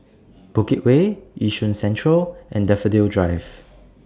Bukit Way Yishun Central and Daffodil Drive